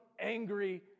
angry